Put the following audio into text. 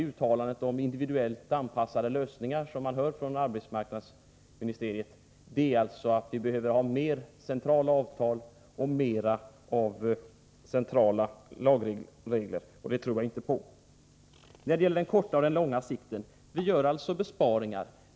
Uttalandet om individuellt anpassade lösningar som man hör från arbetsmarknadsministeriet innebär alltså att vi behöver ha mera centrala avtal och mera centrala lagregler, och det tror jag inte på. När det gäller åtgärder på kort och lång sikt gör vi alltså besparingar.